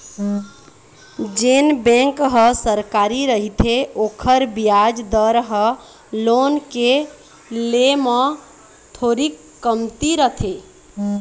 जेन बेंक ह सरकारी रहिथे ओखर बियाज दर ह लोन के ले म थोरीक कमती रथे